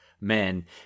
men